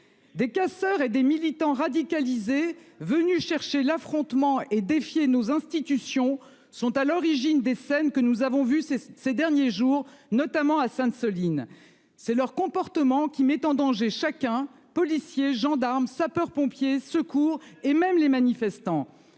Des casseurs et des militants radicalisés venus chercher l'affrontement et défier nos institutions sont à l'origine des scènes que nous avons vu ces, ces derniers jours, notamment à Sainte-, Soline c'est leur comportement qui mettent en danger chacun, policiers, gendarmes, sapeurs-pompiers, secours et même les manifestants.